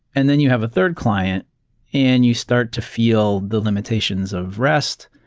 and then you have a third client and you start to feel the limitations of rest.